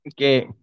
Okay